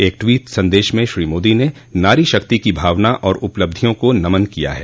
एक ट्वीट संदेश में श्री मोदी ने नारी शक्ति की भावना और उपलब्धियों को नमन किया है